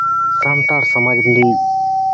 ᱥᱟᱱᱛᱟᱲ ᱥᱚᱢᱟᱡᱽ ᱨᱮᱱᱤᱡ